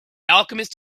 alchemist